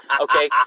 okay